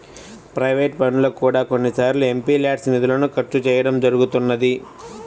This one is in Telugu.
ప్రైవేట్ పనులకు కూడా కొన్నిసార్లు ఎంపీల్యాడ్స్ నిధులను ఖర్చు చేయడం జరుగుతున్నది